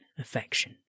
Affection